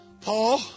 Paul